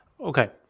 Okay